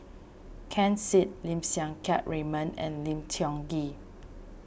Ken Seet Lim Siang Keat Raymond and Lim Tiong Ghee